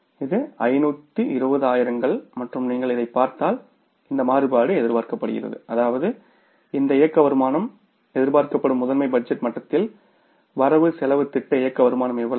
இது 520 ஆயிரங்கள் மற்றும் நீங்கள் இதைப் பார்த்தால் இந்த மாறுபாடு எதிர்பார்க்கப்படுகிறது அதாவது இந்த ஆப்ரேட்டிங் இன்கம் எதிர்பார்க்கப்படும் மாஸ்டர் பட்ஜெட் மட்டத்தில் வரவு செலவுத் திட்ட ஆப்ரேட்டிங் இன்கம் எவ்வளவு